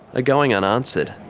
ah going unanswered.